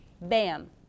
BAM